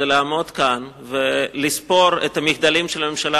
זה לעמוד כאן ולספור את המחדלים של הממשלה